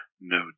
No